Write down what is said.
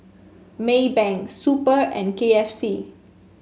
Maybank Super and K F C